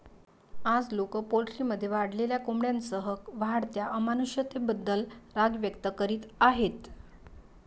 आज, लोक पोल्ट्रीमध्ये वाढलेल्या कोंबड्यांसह वाढत्या अमानुषतेबद्दल राग व्यक्त करीत आहेत